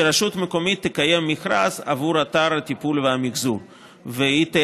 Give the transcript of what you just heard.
שרשות מקומית תקיים מכרז עבור אתר הטיפול והמחזור ותיידע,